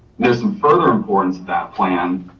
there's some further importance to that plan,